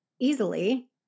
easily